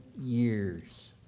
years